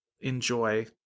enjoy